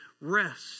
Rest